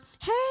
hey